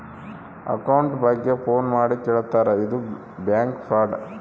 account ಬಗ್ಗೆ phone ಮಾಡಿ ಕೇಳ್ತಾರಾ ಇದು ಬ್ಯಾಂಕ್ ಫ್ರಾಡ್